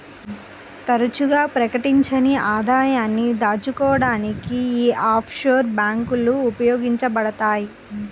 తరచుగా ప్రకటించని ఆదాయాన్ని దాచుకోడానికి యీ ఆఫ్షోర్ బ్యేంకులు ఉపయోగించబడతయ్